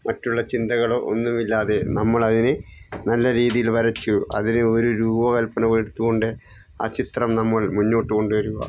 മറ്റുള്ള ചിന്തകള് ഒന്നുമില്ലാതെ നമ്മളതിനു നല്ല രീതിയിൽ വരച്ചു അതിന് ഒരു രൂപകൽപ്പന എടുത്തുകൊണ്ട് ആ ചിത്രം നമ്മൾ മുന്നോട്ടു കൊണ്ടുവരിക